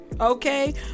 Okay